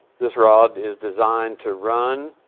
this rod is designed to run